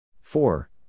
Four